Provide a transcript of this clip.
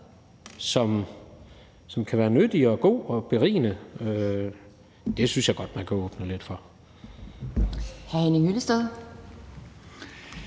som kan være nyttig og god og berigende, synes jeg godt man kan åbne lidt for.